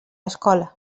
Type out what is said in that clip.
escola